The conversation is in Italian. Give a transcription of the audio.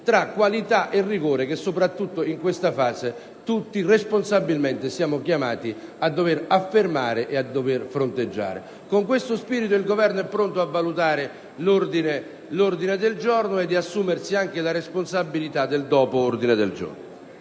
tra qualità e rigore che, soprattutto in questa fase, tutti responsabilmente siamo chiamati a dover affermare e fronteggiare. Con questo spirito il Governo è pronto a valutare l'ordine del giorno e ad assumersi anche la responsabilità del dopo ordine del giorno.